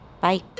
Bye